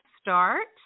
start